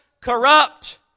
corrupt